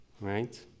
right